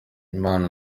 impano